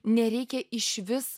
nereikia išvis